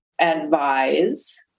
advise